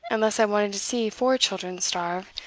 unless i wanted to see four children starve,